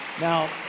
now